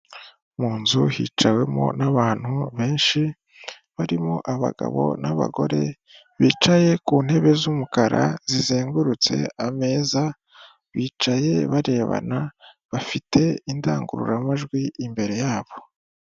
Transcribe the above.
Mu nzu hicaramo n'abantu benshi barimo abagabo n'abagore bicaye ku ntebe z'umukara zizengurutse ameza, bicaye barebana bafite indangururamajwi imbere yabo.